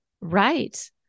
Right